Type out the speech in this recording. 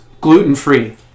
gluten-free